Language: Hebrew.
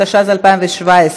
התשע"ז 2017,